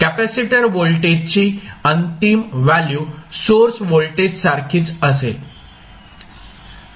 capacitor व्होल्टेजची अंतिम value source voltage सारखीच असेल